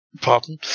Pardon